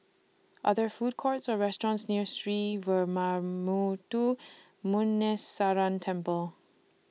Are There Food Courts Or restaurants near Sree Veeramuthu Muneeswaran Temple